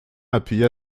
appuya